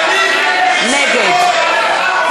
נגד טלב אבו